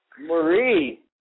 Marie